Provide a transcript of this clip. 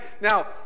Now